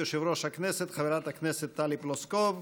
יושבת-ראש הכנסת חברת הכנסת טלי פלוסקוב,